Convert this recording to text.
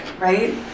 right